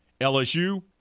LSU –